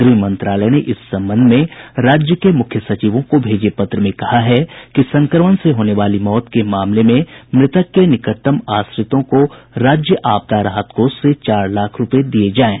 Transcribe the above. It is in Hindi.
गृह मंत्रालय ने इस संबंध में राज्य के मुख्य सचिवों को भेजे पत्र में कहा है कि संक्रमण से होने वाली मौत के मामले में मृतक के निकटतम आश्रितों को राज्य आपदा राहत कोष से चार लाख रूपये दिये जायें